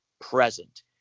present